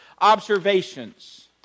observations